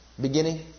beginning